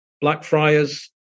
Blackfriars